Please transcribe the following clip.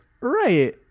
Right